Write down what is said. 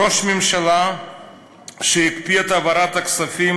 ראש ממשלה שהקפיא לפני הבחירות את העברת הכספים